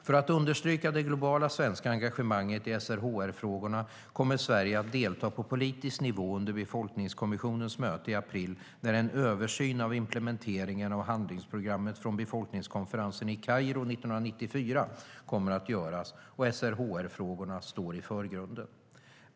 För att understryka det globala svenska engagemanget i SRHR-frågorna kommer Sverige att delta på politisk nivå under befolkningskommissionens möte i april när en översyn av implementeringen av handlingsprogrammet från befolkningskonferensen i Kairo 1994 kommer att göras, och SRHR-frågorna står i förgrunden.